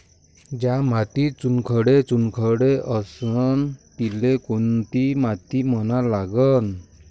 ज्या मातीत चुनखडे चुनखडे असन तिले कोनची माती म्हना लागन?